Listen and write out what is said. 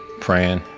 praying.